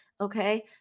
Okay